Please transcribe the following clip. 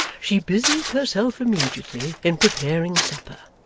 she busied herself immediately in preparing supper,